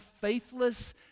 faithless